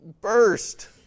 burst